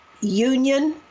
union